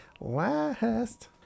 last